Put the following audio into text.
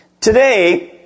Today